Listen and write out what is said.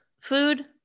Food